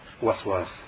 waswas